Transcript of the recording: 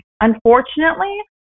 unfortunately